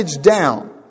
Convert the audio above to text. down